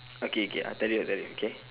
okay okay I tell you I tell you K